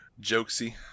Jokesy